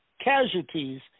casualties